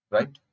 Right